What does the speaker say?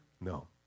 No